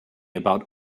about